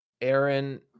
Aaron